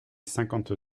cinquante